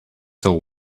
till